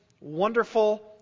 wonderful